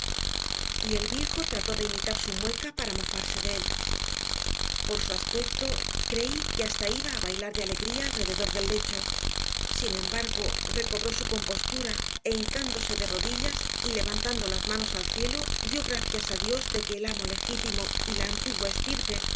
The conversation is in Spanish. el viejo trató de imitar su mueca para mofarse de él por su aspecto creí que hasta iba a bailar de alegría alrededor del lecho sin embargo recobró su compostura e hincándose de rodillas y levantando las manos al cielo dio gracias a dios de que el amo legítimo y la antigua estirpe